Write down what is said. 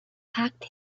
packed